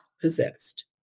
possessed